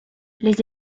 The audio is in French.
les